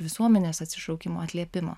visuomenės atsišaukimo atliepimo